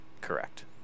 correct